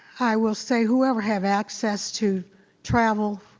i will say, whoever have access to travel,